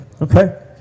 okay